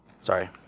Sorry